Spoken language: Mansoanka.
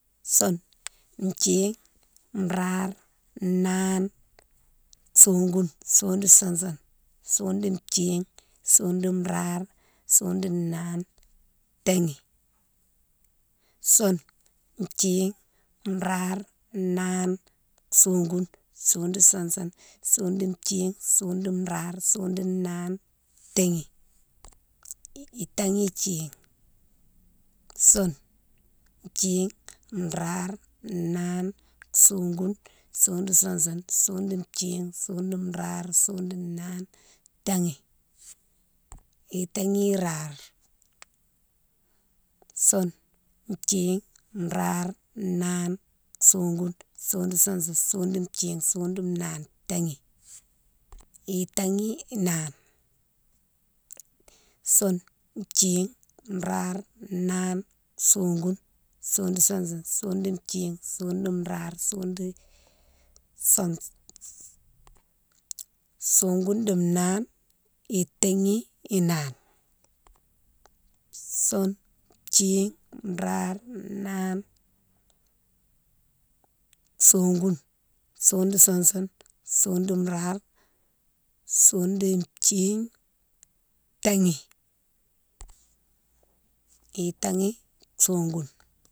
Soune, thine, rare, nane, sogoune, sogoune di sousoune, sogoune di thine, sogoune di rare, sogoune di nane, taghi. Soune, thine, rare, nane, sogoune, sogoune di sousoune, sogoune di thine, sogoune di rare, sogoune di nane, taghi. Itaghi thine, soune, thine, rare, nane. sogoune, sogoune di sousoune, sogoune di thine, sogoune di rare, sogoune di nane, taghi. Itaghi rare, soune, thine, rare, nane, sogoune, sogoune di sousoune, sogoune di thine, sogoune di nane, taghi. Itaghi nane, soune, thine, rare, nane, sogoune, sogoune di sousoune, sogoune di thine, sogoune di rare, sogoune di soune, sogoune di nane, itaghi nane. Soune, thine, rare, nane, sogoune, sogoune di sousoune, sogoune di rare, sogoune di thine, taghi. Itaghi sogoune.